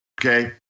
okay